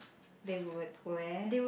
they would wear